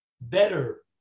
better